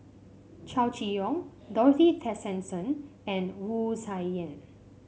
Chow Chee Yong Dorothy Tessensohn and Wu Tsai Yen